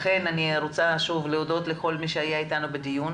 לכן אני רוצה שוב להודות לכל מי שהיה איתנו בדיון.